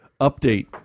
Update